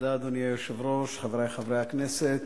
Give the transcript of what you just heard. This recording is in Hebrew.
אדוני היושב-ראש, תודה, חברי חברי הכנסת,